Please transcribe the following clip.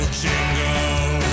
jingle